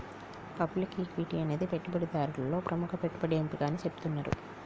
public equity అనేది పెట్టుబడిదారులలో ప్రముఖ పెట్టుబడి ఎంపిక అని చెబుతున్నరు